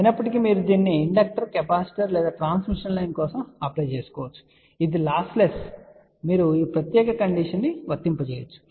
అయినప్పటికీ మీరు దీనిని ఇండక్టర్ కెపాసిటర్ లేదా ట్రాన్స్మిషన్ లైన్ కోసం అప్లై చేసుకోవచ్చు ఇది లాస్ లెస్ మీరు ఈ ప్రత్యేక కండిషన్ ని వర్తింపజేయవచ్చు